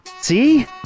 See